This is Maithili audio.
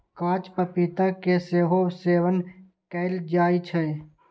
कांच पपीता के सेहो सेवन कैल जाइ छै